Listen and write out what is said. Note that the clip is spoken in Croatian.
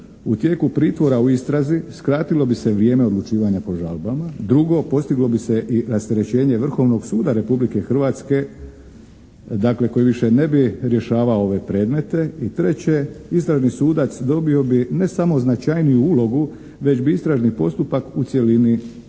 u tijeku pritvora u istrazi skratilo bi se vrijeme odlučivanja po žalbama. Drugo, postiglo bi se i rasterećenje Vrhovnog suda Republike Hrvatske dakle koji više ne bi rješavao ove predmete. I treće, istražni sudac dobio bi ne samo značajniju ulogu već bi istražni postupak u cjelini trebao